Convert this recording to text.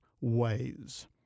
ways